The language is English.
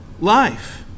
life